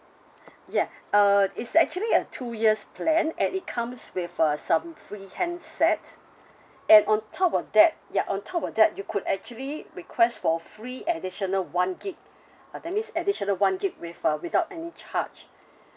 ya uh it's actually a two years plan and it comes with uh some free handset and on top of that ya on top of that you could actually request for free additional one gig uh that means additional one gig with uh without any charge